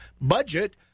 budget